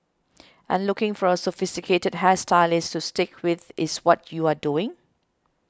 and looking for a sophisticated hair stylist to stick with is what you are doing